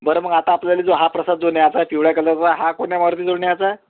बरं मग आता आपल्याला जो हा प्रसाद जो न्यायचा आहे पिवळ्या कलरचा हा कोण्या मारुतीजवळ न्यायचा आहे